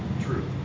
true